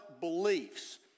beliefs